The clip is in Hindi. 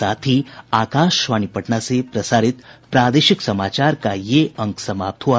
इसके साथ ही आकाशवाणी पटना से प्रसारित प्रादेशिक समाचार का ये अंक समाप्त हुआ